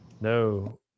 No